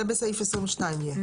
זה יהיה בסעיף 22. נכון,